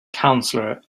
counselor